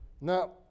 Now